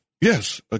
Yes